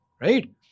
Right